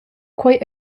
quei